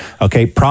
Okay